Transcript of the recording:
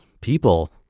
People